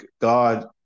God